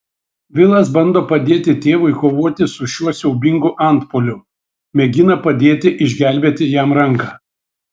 vilas bando padėti tėvui kovoti su šiuo siaubingu antpuoliu mėgina padėti išgelbėti jam ranką